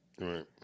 Right